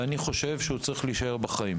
ואני חושב שהוא צריך להישאר בחיים,